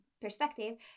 perspective